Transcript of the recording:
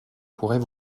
pourrait